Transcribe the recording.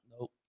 Nope